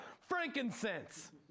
frankincense